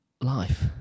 life